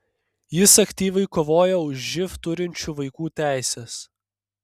jis aktyviai kovojo už živ turinčių vaikų teises